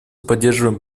поддерживаем